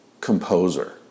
composer